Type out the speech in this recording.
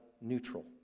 neutral